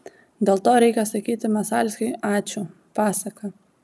dėl to reikia sakyti masalskiui ačiū pasaka